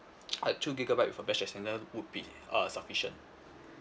uh two gigabyte with a mesh extender would be uh sufficient